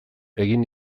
egin